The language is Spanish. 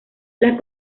las